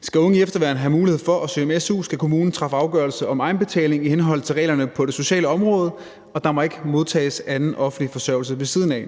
Skal unge i efterværn have mulighed for at søge om su, skal kommunen træffe afgørelse om egenbetaling i henhold til reglerne på det sociale område, og der må ikke modtages anden offentlig forsørgelse ved siden af.